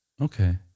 Okay